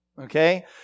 Okay